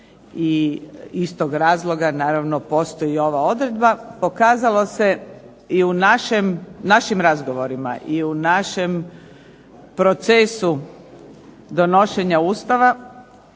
Iz tog razloga postoji ova odredba, pokazalo se i u našim razgovorima i u našem procesu donošenja Ustava